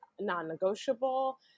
non-negotiable